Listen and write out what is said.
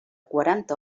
quaranta